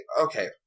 Okay